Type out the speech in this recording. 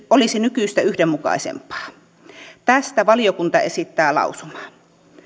olisi nykyistä yhdenmukaisempaa tästä valiokunta esittää lausumaa